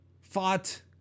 fought